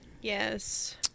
Yes